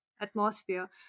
atmosphere